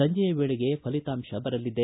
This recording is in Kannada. ಸಂಜೆಯ ವೇಳಿಗೆ ಫಲಿತಾಂಶ ಬರಲಿದೆ